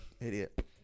Idiot